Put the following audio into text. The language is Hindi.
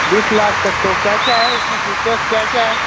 बीस लाख तक तो क्या क्या है इसमें फीचर्स क्या क्या है